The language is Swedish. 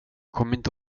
kommer